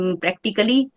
practically